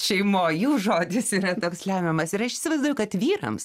šeimoj jų žodis yra toks lemiamas ir aš įsivaizduoju kad vyrams